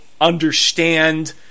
understand